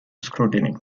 scrutiny